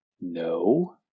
No